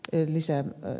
köyhissä ja